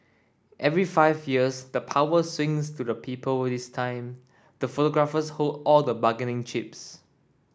every five years the power swings to the people this time the photographers hold all the bargaining chips